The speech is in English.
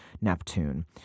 Neptune